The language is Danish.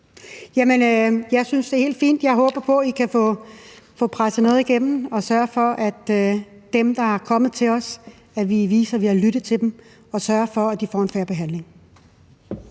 jeg synes, det er helt fint. Jeg håber på, at I kan få presset noget igennem og vil sørge for at vise dem, der er kommet til os, at vi har lyttet til dem, og at de får en fair behandling.